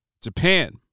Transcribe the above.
Japan